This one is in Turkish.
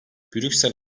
brüksel